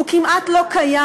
הוא כמעט לא קיים.